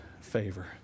favor